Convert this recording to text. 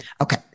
Okay